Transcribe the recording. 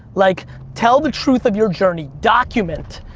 like tell the truth of your journey. document,